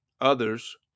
others